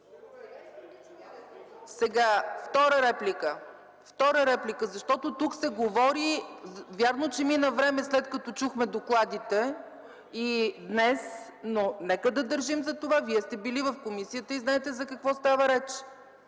има ли? (Реплики.) Тук се говори и вярно, че мина време, след като чухме докладите днес, но нека да държим за това – Вие сте били в комисията и знаете за какво става реч.